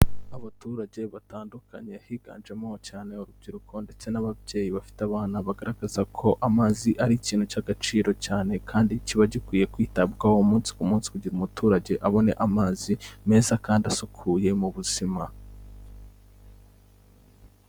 Abaturage batandukanye, higanjemo cyane urubyiruko, ndetse n'ababyeyi bafite abana, bagaragaza ko amazi ari ikintu cy'agaciro cyane, kandi kiba gikwiye kwitabwaho umunsi ku munsi, kugira umuturage abone amazi meza kandi asukuye mu buzima.